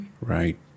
right